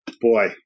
boy